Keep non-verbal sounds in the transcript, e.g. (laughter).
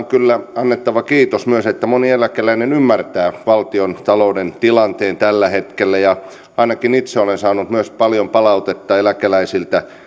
(unintelligible) kyllä annettava kiitos myös moni eläkeläinen ymmärtää valtiontalouden tilanteen tällä hetkellä ja ainakin itse olen saanut myös paljon palautetta eläkeläisiltä että